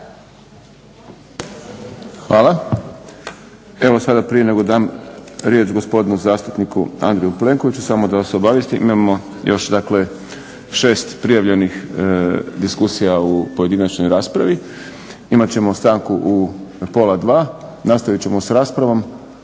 (SDP)** Evo sada prije nego dam riječ gospodinu zastupniku Andreju Plenkoviću. Samo da vas obavijestim imamo još, dakle 6 prijavljenih diskusija u pojedinačnoj raspravi. Imat ćemo stanku u pola 2, nastavit ćemo s raspravom